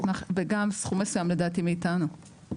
וגם סכום מסוים, לדעתי, מאיתנו.